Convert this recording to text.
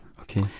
Okay